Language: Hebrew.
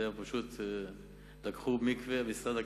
המשרד לקח,